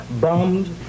bombed